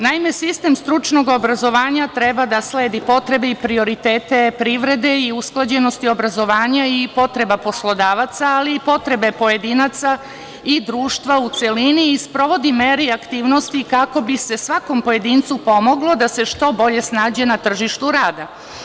Naime, sistem stručnog obrazovanja treba da sledi potrebe i prioritete privrede i usklađenosti obrazovanja i potreba poslodavaca, ali i potrebe pojedinaca i društva u celini i sprovodi mere i aktivnosti kako bi se svakom pojedincu pomoglo da se što bolje snađe na tržištu rada.